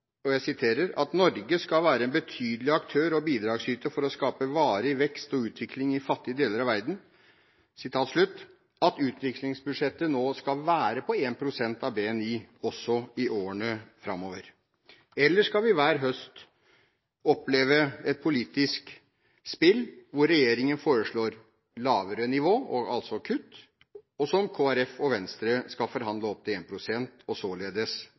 løsninger. Jeg hadde håpet at denne debatten kunne klargjort noen viktige forutsetninger for den politikken Norge skal stå for i årene som kommer. Betyr den felles komitémerknaden «at Norge fortsatt skal være en betydelig aktør og bidragsyter for å skape varig utvikling og vekst i fattige deler av verden», at utviklingsbudsjettet nå skal være på 1 pst. av BNI også i årene framover? Eller skal vi hver høst oppleve et politisk spill hvor regjeringen foreslår lavere nivå, altså kutt, som